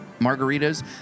margaritas